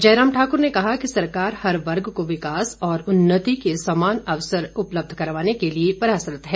जयराम ठाक्र ने कहा कि सरकार हर वर्ग को विकास और उन्नति के समान अवसर उपलब्ध करवाने के लिए प्रयासरत है